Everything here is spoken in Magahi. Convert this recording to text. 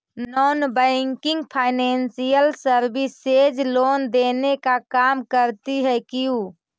Non banking financial services loan देने का काम करती है क्यू?